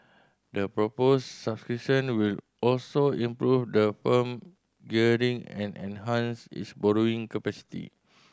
the proposed subscription will also improve the firm gearing and enhance its borrowing capacity